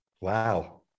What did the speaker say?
Wow